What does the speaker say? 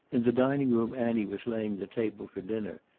in the dining-room annie was laying the table for dinner,